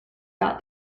got